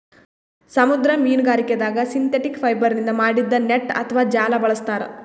ಸಮುದ್ರ ಮೀನ್ಗಾರಿಕೆದಾಗ್ ಸಿಂಥೆಟಿಕ್ ಫೈಬರ್ನಿಂದ್ ಮಾಡಿದ್ದ್ ನೆಟ್ಟ್ ಅಥವಾ ಜಾಲ ಬಳಸ್ತಾರ್